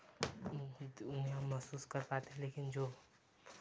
हम यह महसूस कर पाते हैं लेकिन जो